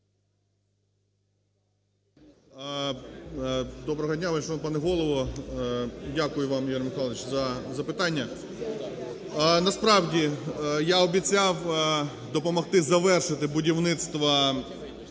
Доброго дня, шановний пане Голово. Дякую вам, Ігорю Михайловичу, за запитання. Насправді, я обіцяв допомогти завершити будівництво